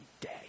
day